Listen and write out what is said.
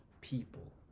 people